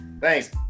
Thanks